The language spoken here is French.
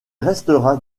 restera